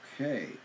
Okay